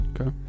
Okay